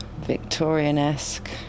Victorian-esque